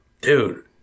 Dude